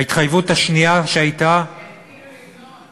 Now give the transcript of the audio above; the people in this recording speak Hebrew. ההתחייבות השנייה שהייתה, שיתחילו לבנות.